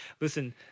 Listen